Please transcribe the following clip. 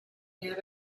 yet